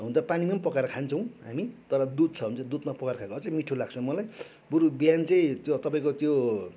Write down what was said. हुनु त पानीमा पनि पकाएर खान्छौँ हामी तर दुध छ भने चाहिँ दुधमा पकाएर खाएको अझै मिठो लाग्छ मलाई बरू बिहान चाहिँ तपाईँको त्यो